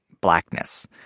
blackness